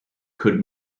could